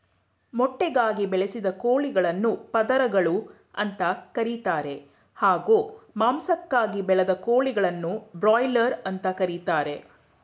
ಮೊಟ್ಟೆಗಾಗಿ ಬೆಳೆಸಿದ ಕೋಳಿಗಳನ್ನು ಪದರಗಳು ಅಂತ ಕರೀತಾರೆ ಹಾಗೂ ಮಾಂಸಕ್ಕಾಗಿ ಬೆಳೆದ ಕೋಳಿಗಳನ್ನು ಬ್ರಾಯ್ಲರ್ ಅಂತ ಕರೀತಾರೆ